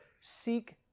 seek